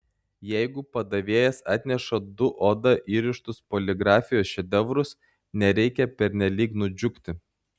jeigu padavėjas atneša du oda įrištus poligrafijos šedevrus nereikia pernelyg nudžiugti